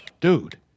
dude